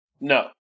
no